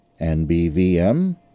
NBVM